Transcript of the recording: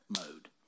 mode